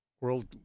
world